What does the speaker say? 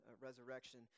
resurrection